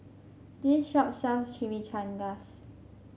this shop sells Chimichangas